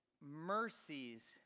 mercies